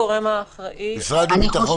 המשרד לביטחון פנים.